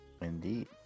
Indeed